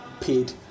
paid